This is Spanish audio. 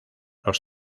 los